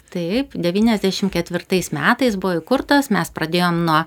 taip devyniasdešim ketvirtais metais buvo įkurtas mes pradėjom nuo